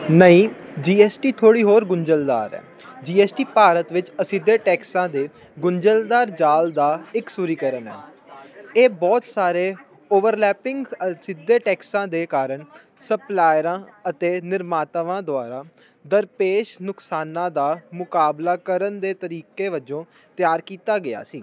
ਨਹੀਂ G S T ਥੋੜ੍ਹੀ ਹੋਰ ਗੁੰਝਲਦਾਰ ਹੈ ਜੀ ਐਸ ਟੀ ਭਾਰਤ ਵਿੱਚ ਅਸਿੱਧੇ ਟੈਕਸਾਂ ਦੇ ਗੁੰਝਲਦਾਰ ਜਾਲ ਦਾ ਇਕਸੁਰੀਕਰਨ ਹੈ ਇਹ ਬਹੁਤ ਸਾਰੇ ਓਵਰਲੈਪਿੰਗ ਅਸਿੱਧੇ ਟੈਕਸਾਂ ਦੇ ਕਾਰਨ ਸਪਲਾਇਰਾਂ ਅਤੇ ਨਿਰਮਾਤਾਵਾਂ ਦੁਆਰਾ ਦਰਪੇਸ਼ ਨੁਕਸਾਨਾਂ ਦਾ ਮੁਕਾਬਲਾ ਕਰਨ ਦੇ ਤਰੀਕੇ ਵਜੋਂ ਤਿਆਰ ਕੀਤਾ ਗਿਆ ਸੀ